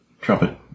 trumpet